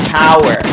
power